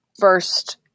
first